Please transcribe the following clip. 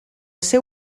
seu